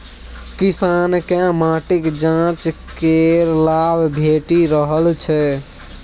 किसानकेँ माटिक जांच केर लाभ भेटि रहल छै